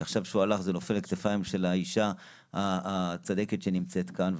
שעכשיו כשהוא הלך זה נופל על הכתפיים של האישה הצדקת שנמצאת כאן?